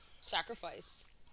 sacrifice